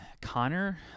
Connor